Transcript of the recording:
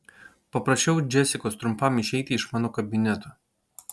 paprašiau džesikos trumpam išeiti iš mano kabineto